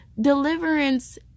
Deliverance